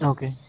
Okay